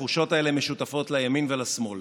התחושות האלה משותפות לימין ולשמאל,